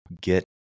get